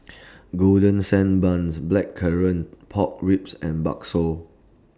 Golden Sand Bun's Blackcurrant Pork Ribs and Bakso